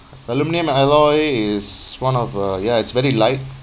aluminium alloy is one of uh ya it's very light